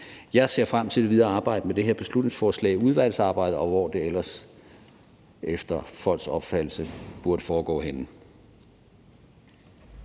Jeg ser frem til det videre arbejde med det her beslutningsforslag i udvalget, og hvor det ellers efter folks opfattelse bør foregå henne.